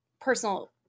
personal